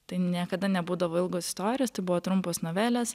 tai niekada nebūdavo ilgos istorijos tai buvo trumpos novelės